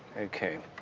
okay.